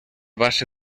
base